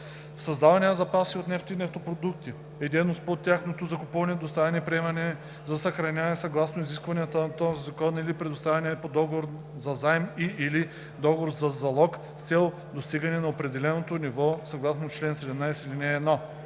„Създаване на запаси от нефт и нефтопродукти“ е дейност по тяхното закупуване, доставяне, приемане за съхраняване съгласно изискванията на този закон или предоставяне по договор за заем и/или договор за влог с цел достигане на определеното ниво съгласно чл. 17,